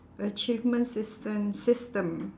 achievement system system